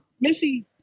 Missy